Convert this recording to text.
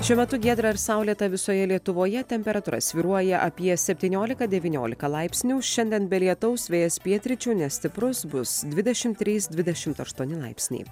šiuo metu giedra ir saulėta visoje lietuvoje temperatūra svyruoja apie septynioliką devynioliką laipsnių šiandien be lietaus vėjas pietryčių nestiprus bus dvidešim trys dvidešim aštuoni laipsniai